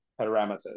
parameters